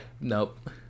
nope